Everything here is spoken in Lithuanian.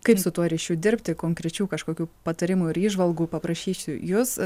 kaip su tuo rįšiu dirbti konkrečių kažkokių patarimų ir įžvalgų paprašysiu jus